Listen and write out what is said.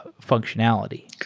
ah functionality.